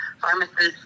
pharmacists